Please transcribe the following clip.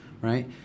right